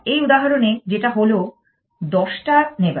এই উদাহরণে সেটা হলো দশটা নেইবার